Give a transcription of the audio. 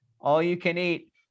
All-you-can-eat